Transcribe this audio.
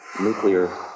nuclear